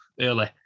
early